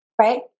right